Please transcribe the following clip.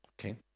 Okay